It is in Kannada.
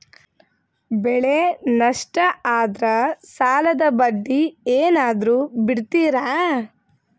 ಬೆಳೆ ನಷ್ಟ ಆದ್ರ ಸಾಲದ ಬಡ್ಡಿ ಏನಾದ್ರು ಬಿಡ್ತಿರಾ?